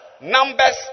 numbers